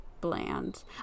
Bland